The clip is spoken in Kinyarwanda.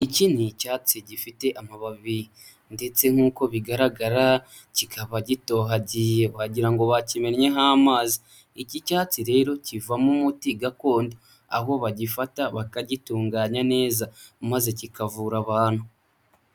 Iki ni icyatsi gifite amababi ndetse nk'uko bigaragara kikaba gitohagiye wagira ngo bakimennye ho amazi, iki cyatsi rero kivamo umuti gakondo, aho bagifata bakagitunganya neza maze kikavura abantu.